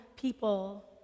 people